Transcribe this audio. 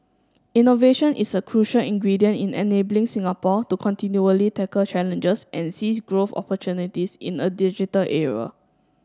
innovation is a crucial ingredient in enabling Singapore to continually tackle challenges and seize growth opportunities in a digital era